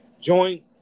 joint